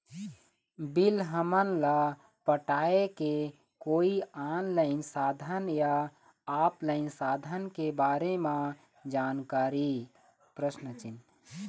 Bill हमन ला पटाए के कोई ऑनलाइन साधन या ऑफलाइन साधन के बारे मे जानकारी?